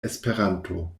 esperanto